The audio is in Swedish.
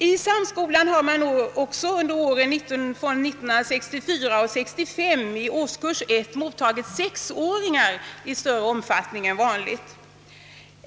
I samskolan har man sedan läsåret 1964—1965 i årskurs 1 mottagit sexåringar i större omfattning än vanligt.